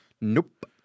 Nope